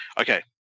Okay